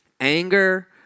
anger